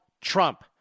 Trump